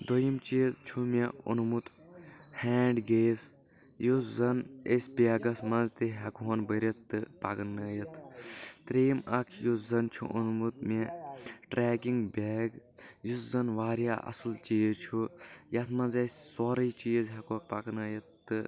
دوٚیِم چیٖز چھُ مےٚ اوٚنمُت ہینڈ گیس یُس زَن أسۍ بیگس منٛز تہِ ہٮ۪کہٕ ہون بٔرِتھ تہٕ پتہٕ پکنأیِتھ ترٛییم اکھ یُس زن چھُ اوٚنمُت مےٚ ٹریکِنگ بیگ یُس زن واریاہ اَصل چیٖز چھُ یتھ منٛز اَسہِ سورٕے چیٖز ہٮ۪کوہوکھ پکنأوِتھ تہٕ